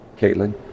Caitlin